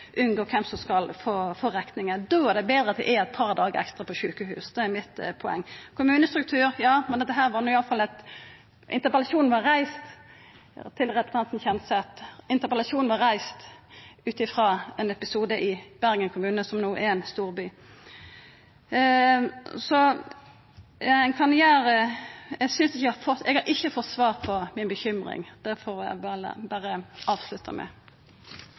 få rekninga. Då er det betre at dei er eit par dagar ekstra på sjukehus – det er poenget mitt. Kommunestruktur – ja, men til representanten Kjenseth: Interpellasjonen var reist ut frå ein episode i Bergen kommune, som er ein storby. Eg har ikkje fått svar på mi bekymring – det får eg berre avslutta med. Jeg må bare rette opp en åpenbar misforståelse for representanten Tove Karoline Knutsen: Samhandlingsreformen ble ikke presset gjennom mot opposisjonens vilje, men det var liten vilje fra regjeringen den gangen til å samhandle med